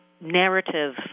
narrative